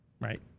right